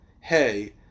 hey